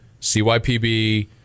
CYPB